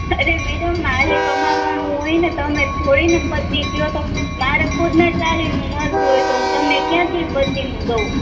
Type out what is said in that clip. અરે મેડમ મારે કમાવાનું હોયને તમે થોડીને પછી ક્યો તો મારે ખુદને ચાલીનું મલતું હોયતો હું તમને ક્યાંથી પછીનું દઉં